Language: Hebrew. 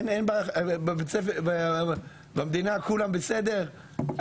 אין במדינה כולם בסדר?